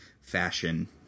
fashion